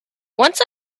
once